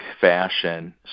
fashion